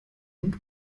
und